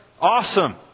Awesome